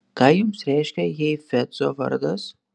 ką jums reiškia heifetzo vardas